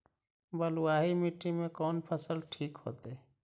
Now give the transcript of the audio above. बलुआही मिट्टी में कौन फसल ठिक होतइ?